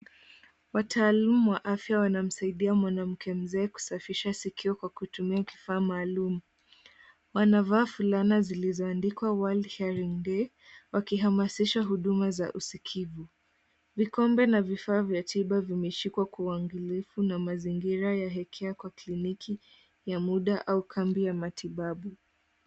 Wataalamu wa afya wanamsaidia mwanamke mzee kusafisha sikio kwa kutumia kifaa maalum. wanavaa fulana zilizoandikwa world caring day wakihamasisha huduma za usikivu. Vikombe vya tiba vimeshikwa kwa uangalifu na mazingira ya health care ya kliniki au kambi ya matibabu.